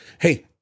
hey